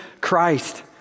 Christ